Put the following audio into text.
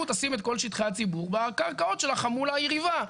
תשים את כל שטחי הציבור בקרקעות של החמולה היריבה,